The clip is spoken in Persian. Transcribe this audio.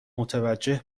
متوجه